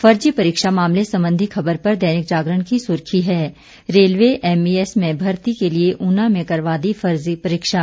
फर्जी परीक्षा मामले संबंधी खबर पर दैनिक जागरण की सुर्खी है रेलवे एमईएस में मर्ती के लिए उना में करवा दी फर्जी परीक्षा